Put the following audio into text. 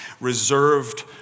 reserved